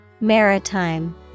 Maritime